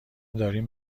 داریم